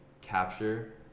capture